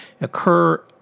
occur